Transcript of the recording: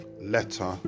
letter